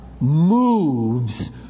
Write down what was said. moves